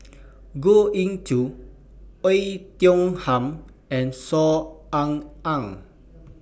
Goh Ee Choo Oei Tiong Ham and Saw Ean Ang